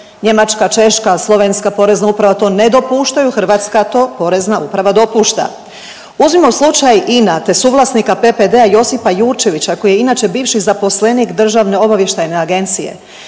njemačka, češka, slovenska porezna uprava to ne dopuštaju, hrvatska to porezna uprava dopušta. Uzmimo slučaj INA, te suvlasnika PPD-a Josipa Jurčevića koji je inače bivši zaposlenik Državne obavještajne agencije.